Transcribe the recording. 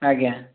ଆଜ୍ଞା